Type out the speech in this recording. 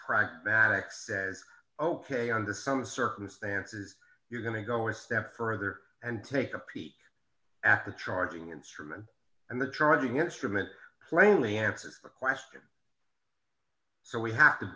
pragmatic says ok under some circumstances you're going to go a step further and take a peek at the charging instrument and the charging instrument plainly answer the question so we have to